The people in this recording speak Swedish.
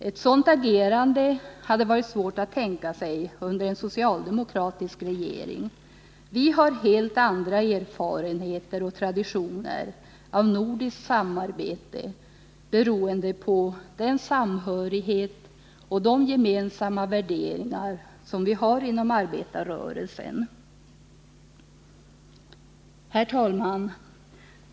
Ett sådant agerande hade Varit otänkbart under en socialdemokratisk regering. Vi har helt andra erfarenheter och traditioner när det gäller nordiskt samarbete, beroende på den samhörighet och de gemensamma värderingar vi har inom arbetarrörelsen. Herr talman!